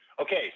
Okay